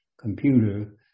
computer